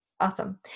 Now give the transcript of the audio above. Awesome